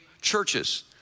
churches